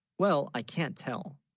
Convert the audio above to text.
well i can't, tell,